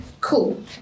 Cool